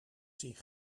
zie